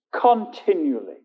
continually